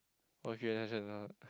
okay that's enough